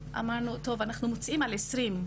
2021 אמרנו שאנחנו מוציאים על 2020,